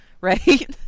right